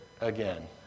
again